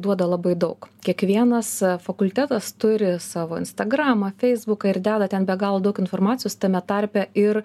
duoda labai daug kiekvienas fakultetas turi savo instagramą feisbuką ir deda ten be galo daug informacijos tame tarpe ir